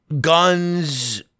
guns